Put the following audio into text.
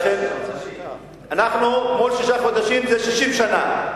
אנחנו מול שישה חודשים, 60 שנה.